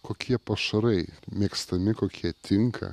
kokie pašarai mėgstami kokie tinka